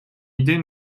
idée